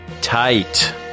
tight